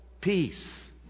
peace